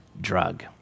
drug